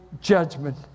judgment